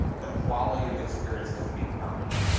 the quality of experience has to be paramount.